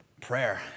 prayer